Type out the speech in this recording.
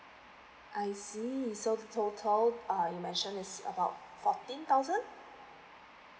I see so the total uh you mentioned is about fourteen thousand